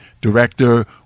Director